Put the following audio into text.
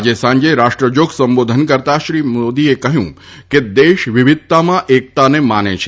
આજે સાંજે રાષ્ટ્રજોગ સંબોધન કરતાં શ્રી મોદીએ કહ્યું કે દેશ વિવિધતામાં એકતાને માને છે